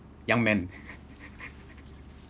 young man